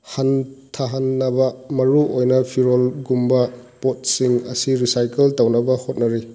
ꯍꯟꯊꯍꯟꯅꯕ ꯃꯔꯨ ꯑꯣꯏꯅ ꯐꯤꯔꯣꯜꯒꯨꯝꯕ ꯄꯣꯠꯁꯤꯡ ꯑꯁꯤ ꯔꯤꯁꯥꯏꯀꯜ ꯇꯧꯅꯕ ꯍꯣꯠꯅꯔꯤ